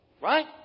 Right